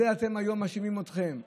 היום מאשימים אתכם.